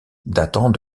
datant